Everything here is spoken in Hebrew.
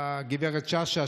גב' שאשא,